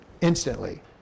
instantly